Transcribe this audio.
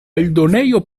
eldonejo